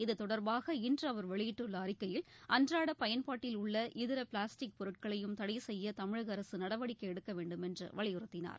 இத்தொடர்பாக இன்று அவர் வெளியிட்டுள்ள அறிக்கையில் அன்றாட பயன்பாட்டில் உள்ள இதர பிளாஸ்டிக் பொருட்களையும் தடைசெய்ய தமிழக அரசு நடவடிக்கை எடுக்க வேண்டும் என்று வலியுறுத்தினார்